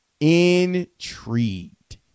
intrigued